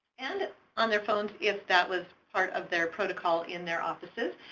and on their phones if that was part of their protocol in their offices.